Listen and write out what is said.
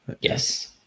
Yes